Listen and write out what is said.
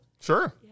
sure